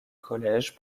collèges